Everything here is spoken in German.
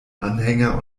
anhänger